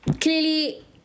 clearly